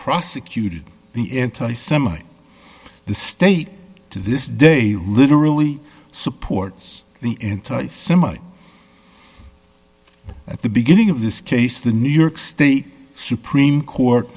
prosecuted the anti semite the state to this day literally supports the similar at the beginning of this case the new york state supreme court